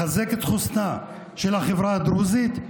לחזק את חוסנה של החברה הדרוזית,